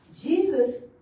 Jesus